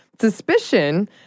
Suspicion